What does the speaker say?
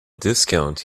discount